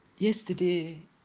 Yesterday